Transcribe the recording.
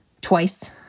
twice